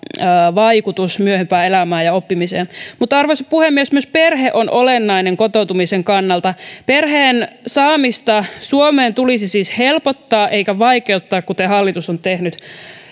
vaikutus myöhempään elämään ja oppimiseen arvoisa puhemies myös perhe on olennainen kotoutumisen kannalta perheen saamista suomeen tulisi siis helpottaa eikä vaikeuttaa kuten hallitus on tehnyt